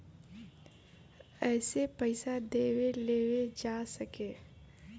एसे पइसा देवे लेवे जा सके